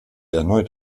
erneut